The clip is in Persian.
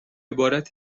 عبارت